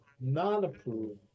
non-approved